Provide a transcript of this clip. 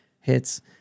hits